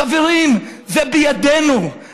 חבר הכנסת זחאלקה, חברת הכנסת